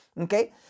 okay